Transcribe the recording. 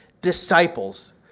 disciples